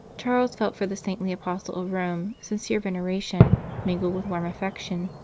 charles felt for the saintly apostle of rome sincere venera tion mingled with warm affection,